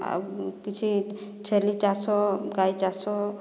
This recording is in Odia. ଆଉ କିଛି ଛେଲି ଚାଷ ଗାଈ ଚାଷ